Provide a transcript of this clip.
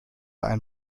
ein